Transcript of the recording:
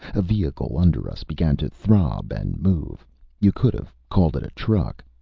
a vehicle under us began to throb and move you could have called it a truck.